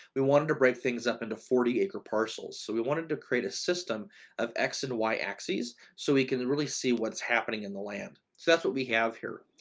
we wanted to break things up into forty acre parcels. so we wanted to create a system of x and y axes, so we can really see what's happening in the land. so that's what we have here.